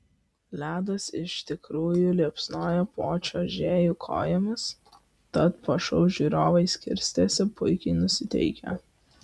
ledas iš tikrųjų liepsnojo po čiuožėjų kojomis tad po šou žiūrovai skirstėsi puikiai nusiteikę